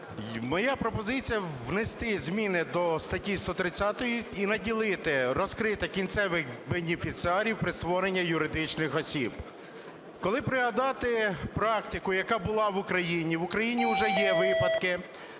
Моя пропозиція внести зміни до статті 130 і наділити, розкрити кінцевих бенефіціарів при створенні юридичних осіб. Коли пригадати практику, яка була в Україні, в Україні вже є випадки